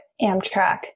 amtrak